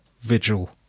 Vigil